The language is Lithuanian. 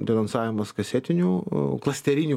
denonsavimas kasetinių klasterinių